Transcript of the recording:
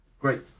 Great